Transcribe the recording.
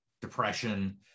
depression